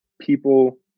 people